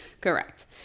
correct